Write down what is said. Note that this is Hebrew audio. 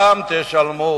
גם תשלמו